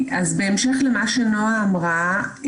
בהמשך למה שנועה אמרה,